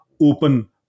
open